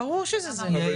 ברור שזה זה.